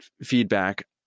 feedback